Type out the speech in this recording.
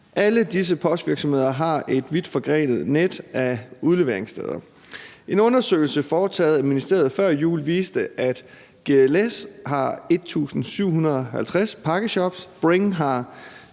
Alle disse postvirksomheder har et vidtforgrenet net af udleveringssteder. En undersøgelse foretaget af ministeriet før jul viste, at GLS har 1.750 pakkeshops, Bring har